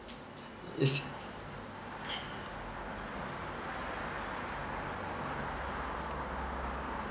it's